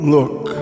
Look